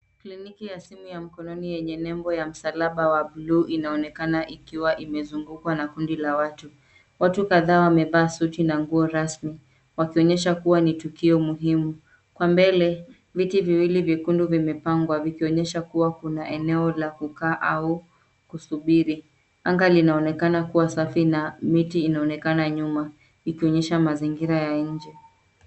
Kliniki ya simu ya mkononi yenye nembo ya msalaba wa bluu inaonekana ikiwa imezungukwa na kundi la watu. Watu kadhaa wamevaa suti na nguo rasmi, wakionyesha kuwa ni tukio muhimu. Kwa mbele, viti viwili vyekundu vimepangwa vikionyesha kuwa kuna eneo la kukaa au kusubiri. Anga linaonekana kuwa safi na miti inaonekana nyuma, ikionyesha mazingira ya nje.